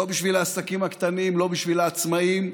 לא בשביל העסקים הקטנים, לא בשביל העצמאים,